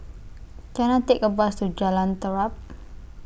Can I Take A Bus to Jalan Terap